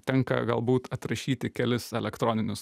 tenka galbūt atrašyt į kelis elektroninius